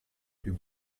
più